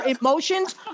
emotions